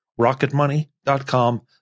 rocketmoney.com